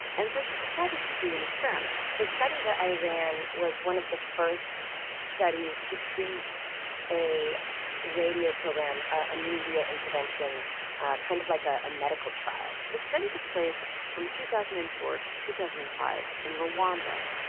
and so she decided to do an experiment the study that i ran was one of the first studies to treat a radio program, a media intervention kind of like ah a medical trial the study took place from two thousand and four to two thousand and five in rwanda,